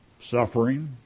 Suffering